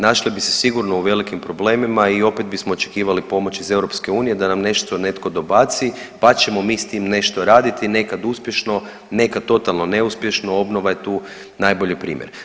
Našli bi se sigurno u velikim problemima i opet bismo očekivali pomoć iz EU, da nam nešto netko dobaci pa ćemo mi s tim nešto raditi, nekad uspješno, nekad totalno neuspješno, obnova je tu najbolji primjer.